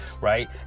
right